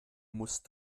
musst